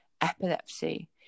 epilepsy